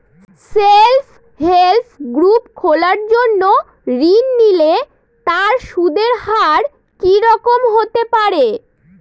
Self help group খোলার জন্য ঋণ নিলে তার সুদের হার কি রকম হতে পারে?